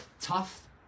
tough